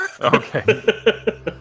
okay